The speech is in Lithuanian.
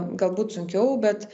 galbūt sunkiau bet